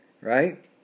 right